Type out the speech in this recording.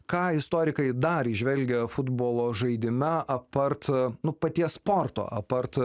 ką istorikai dar įžvelgia futbolo žaidime aparta nuo paties sporto apart